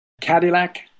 Cadillac